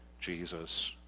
Jesus